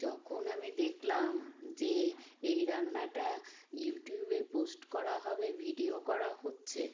যখন আমি দেখলাম যে এই রান্নাটা ইউটিউবে পোস্ট করা হবে ভিডিও করা হচ্ছে